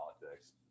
politics